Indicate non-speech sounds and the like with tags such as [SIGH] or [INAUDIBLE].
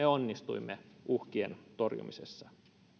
[UNINTELLIGIBLE] onnistuimme uhkien torjumisessa